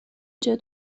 بدونم